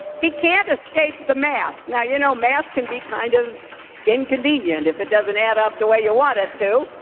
he can't escape the math. now you know math can be kind of inconvenient if it doesn't add up the way you want it to.